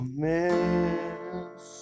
miss